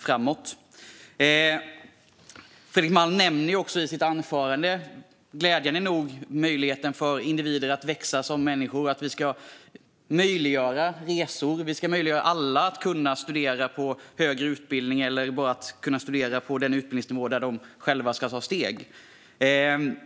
Fredrik Malm nämner i sitt anförande glädjande nog möjligheten för individer att växa som människor och att vi ska möjliggöra resor. Vi ska möjliggöra för alla att läsa en högre utbildning eller att bara studera på den utbildningsnivå där de själva ska ta steg.